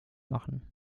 machen